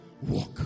walk